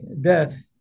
death